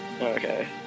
okay